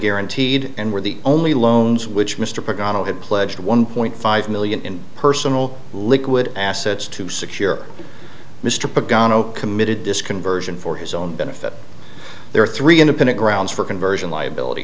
guaranteed and were the only loans which mr parker on had pledged one point five million in personal liquid assets to secure mr pitt gano committed this conversion for his own benefit there are three independent grounds for conversion liability